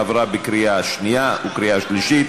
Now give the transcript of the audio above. עברה בקריאה שנייה וקריאה שלישית.